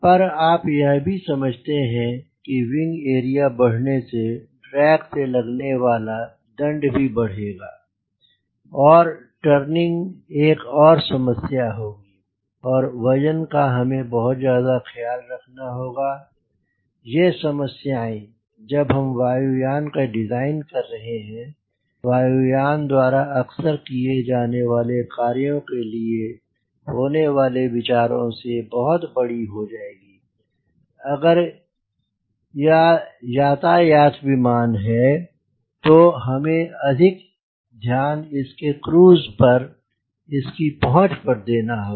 पर आप यह भी समझते हैं कि विंग एरिया बढ़ने से ड्रैग से लगने वाला दंड भी बढ़ेगा और टर्निंग एक और समस्या होगी और वजन का हमें बहुत ज्यादा ख्याल रखना होगा ये समस्याएं जब हम वायु यान का डिज़ाइन कर रहे हैं वायु यान द्वारा अक्सर किये जाने वाले कार्यों के लिए होने वाले विचारों से बहुत बड़ी हो जाएगी अगर या यातायात विमान है तो हमें अधिक ध्यान इसके क्रूज पर इसकी पहुंच पर देना होगा